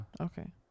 Okay